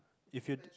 if you